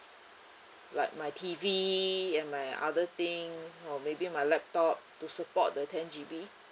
like my T_V and my other thing or maybe my laptop to support the ten G_B